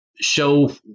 show